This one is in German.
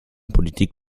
politik